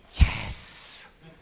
yes